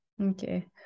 Okay